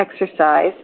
exercise